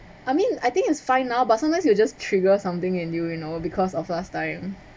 I mean I think it's fine now but sometimes you just trigger something in you you know because of last time